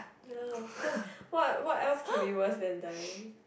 ya loh what what what else can be worse than dying